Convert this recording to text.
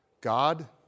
God